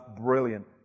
brilliant